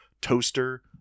toaster